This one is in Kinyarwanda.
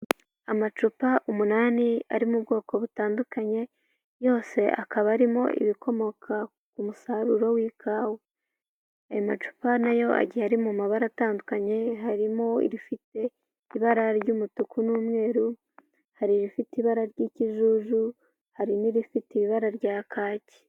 Amacupa umunani ari mu bwoko butandukanye yose akaba arimo ibikomoka ku musaruro w'ikawa, ayo amacupa nayo agiye ari mu mabara atandukanye harimo irifite ibara ry'umutuku n'umweru, hari irifite ibara ry'ikijuju, hari n'irifite ibara rya kaki.